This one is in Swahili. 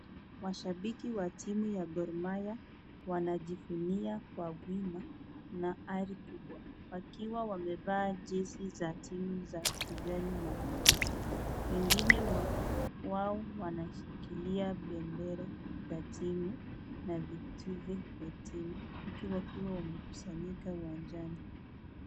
Washabiki wa timu ya Gor Mahia wanajivunia kwa wima na ari kubwa wakiwa wamevaa jezi za timu za kijani na nyeupe. Wengine wao wanashikilia bendera za timu na vituve vya timu wakiwa wamekusanyika uwanjani.